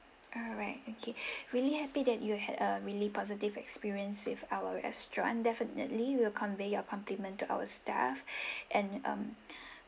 alright okay really happy that you had a really positive experience with our restaurant definitely we'll convey your compliment to our staff and um